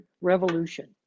revolution